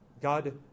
God